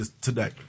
today